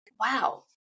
wow